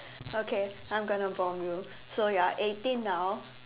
okay I'm gonna bomb you so you're eighteen now